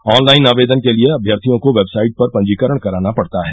online आवेदन के लिए अभ्यर्थियों को वेबसाइट पर पंजीकरण कराना पड़ता है